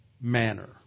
manner